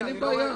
אין לי שום בעיה.